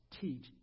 teach